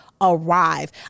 arrive